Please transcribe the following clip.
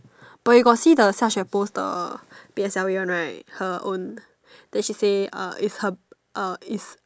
but you got see the such a poster P_S_L_E one right her own then she say uh is her uh is